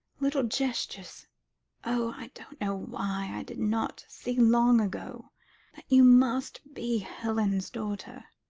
little gestures oh! i don't know why i did not see long ago that you must be helen's daughter.